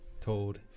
told